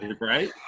Right